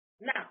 now